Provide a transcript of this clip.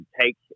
take